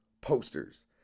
posters